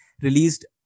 released